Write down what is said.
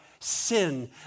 sin